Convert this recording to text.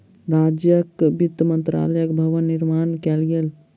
राज्यक वित्त मंत्रालयक भव्य भवन निर्माण कयल गेल